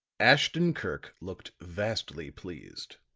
ashton-kirk looked vastly pleased.